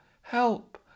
Help